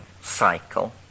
cycle